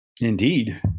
Indeed